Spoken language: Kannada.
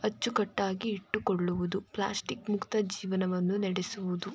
ಅಚ್ಚುಕಟ್ಟಾಗಿ ಇಟ್ಟುಕೊಳ್ಳುವುದು ಪ್ಲಾಸ್ಟಿಕ್ ಮುಕ್ತ ಜೀವನವನ್ನು ನೆಡೆಸುವುದು